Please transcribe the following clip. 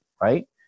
right